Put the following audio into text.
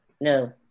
No